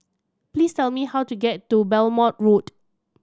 please tell me how to get to Belmont Road